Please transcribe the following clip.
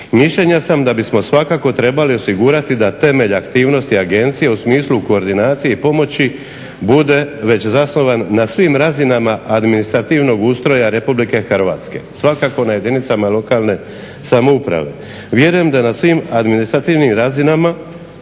Mišljenja sam da bismo svakako trebali osigurati da temelj aktivnosti agencije u smislu koordinacije i pomoći bude već zasnovan na svim razinama administrativnog ustroja Republike Hrvatske svakako na jedinicama lokalne samouprave . Vjerujem da na svim administrativnim razinama